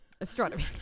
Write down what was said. Astronomy